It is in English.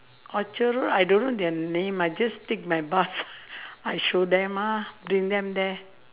orchard-road I don't know their name I just take my bus I show them ah bring them there